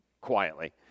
quietly